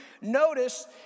Notice